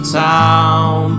town